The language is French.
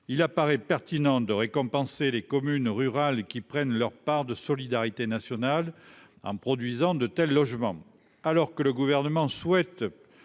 il apparaît pertinente de récompenser les communes rurales qui prennent leur part de solidarité nationale en produisant de tels logements alors que le gouvernement souhaite